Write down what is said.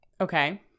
Okay